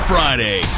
Friday